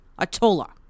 Atola